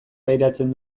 pairatzen